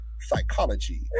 Psychology